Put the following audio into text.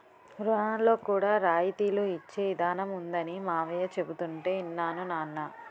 రుణాల్లో కూడా రాయితీలు ఇచ్చే ఇదానం ఉందనీ మావయ్య చెబుతుంటే యిన్నాను నాన్నా